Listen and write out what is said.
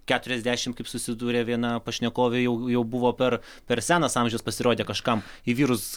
keturiasdešimt kaip susidūrė viena pašnekovė jau jau buvo per per senas amžius pasirodė kažkam į vyrus